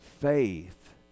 faith